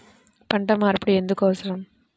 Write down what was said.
పంట మార్పిడి ఎందుకు అవసరం?